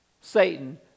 Satan